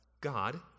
God